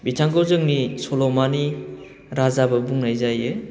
बिथांखौ जोंनि सल'मानि राजाबो बुंनाय जायो